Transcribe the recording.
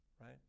right